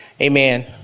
Amen